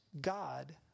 God